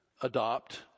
adopt